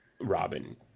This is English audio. Robin